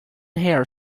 hair